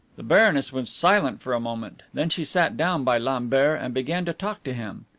the baroness was silent for a moment then she sat down by lambert, and began to talk to him.